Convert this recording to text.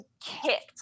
kicked